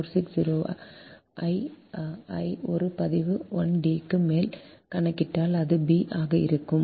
460 I ஐ ஒரு பதிவு 1 D க்கு மேல் கணக்கிட்டால் அது b ஆக இருக்கும்